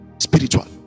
Spiritual